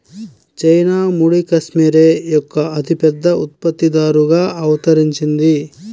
China ముడి cashmere యొక్క అతిపెద్ద ఉత్పత్తిదారుగా అవతరించింది